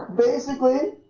basically